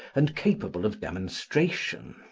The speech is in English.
and capable of demonstration.